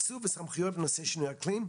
תקצוב וסמכויות בנושא שינוי אקלים,